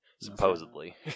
Supposedly